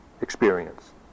experience